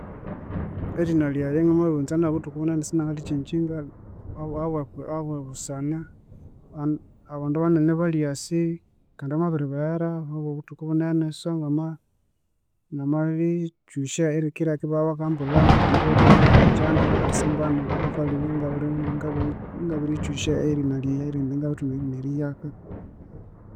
Erinalyaye namabiriwunza naryo nobuthuku bunene, singarikyengyinga ahabwa, ahabwa busana aba- abandu banene balyasi kandi bamabiribeghera, ahabwa buthuku bunene so ngama ngamarikyusya erikilheka ibabya bakambulhaku kundi bwa bakabulha nganigyendi bakathasyambana, bakalhebya ngabiri, ngabiri kyusya erina lyayi erindi ngabirithuka erina erihyaka